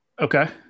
Okay